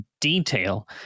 detail